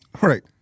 Right